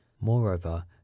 Moreover